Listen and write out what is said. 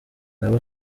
nawe